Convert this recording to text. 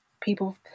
people